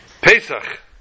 Pesach